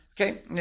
okay